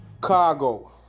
Cargo